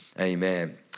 Amen